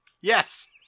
Yes